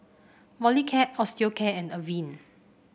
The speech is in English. Molicare Osteocare and Avene